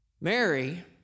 Mary